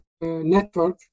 network